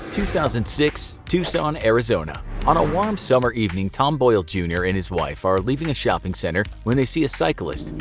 two thousand and six tucson, arizona on a warm summer evening tom boyle jr. and his wife are leaving a shopping center when they see a cyclist,